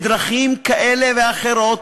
בדרכים כאלה ואחרות,